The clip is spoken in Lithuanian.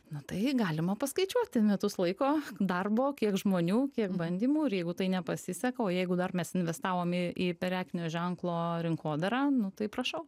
na tai galima paskaičiuoti metus laiko darbo kiek žmonių kiek bandymų ir jeigu tai nepasiseka o jeigu dar mes investavom į į prekinio ženklo rinkodarą nu tai prašau